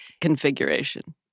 configuration